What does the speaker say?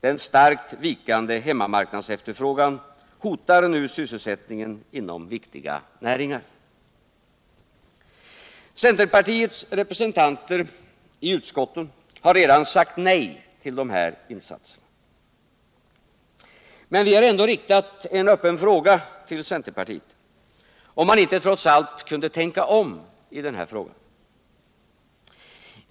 Den starkt vikande hemmamarknadsefterfrågan hotar nu sysselsättningen inom viktiga näringar. Centerpartiets representanter i utskotten har redan sagt nej till de här insatserna. Men vi har ändå riktat en öppen fråga till centerpartiet, om man inte trots allt kunde tänka om i den här frågan.